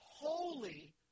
holy